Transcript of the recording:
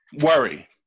Worry